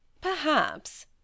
Perhaps